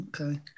Okay